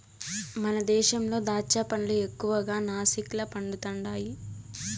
మన దేశంలో దాచ్చా పండ్లు ఎక్కువగా నాసిక్ల పండుతండాయి